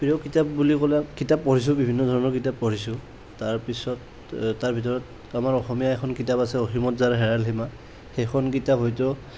প্ৰিয় কিতাপ বুলি ক'লে কিতাপ পঢ়িছোঁ বিভিন্ন ধৰণৰ কিতাপ পঢ়িছোঁ তাৰপিছত তাৰ ভিতৰত আমাৰ অসমীয়া এখন কিতাপ আছে অসমীত যাৰ হেৰাল সীমা সেইখন কিতাপ হয়তো